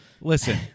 Listen